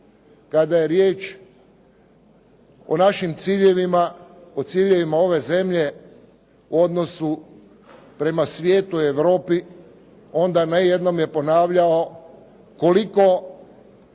Kada je riječ o našim ciljevima, o ciljevima ove zemlje u odnosu prema svijetu, Europi, onda ne jednom je ponavljao koliko